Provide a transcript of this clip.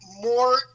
more